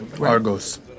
Argos